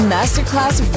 Masterclass